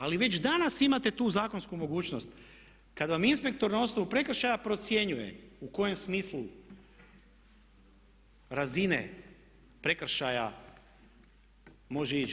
Ali već danas imate tu zakonsku mogućnost kad vam inspektor na osnovu prekršaja procjenjuje u kojem smislu razine prekršaja može ići.